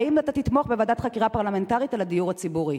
האם אתה תתמוך בוועדת חקירה פרלמנטרית על הדיור הציבורי?